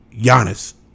Giannis